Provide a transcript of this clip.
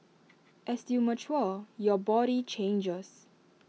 as you mature your body changes